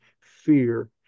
fear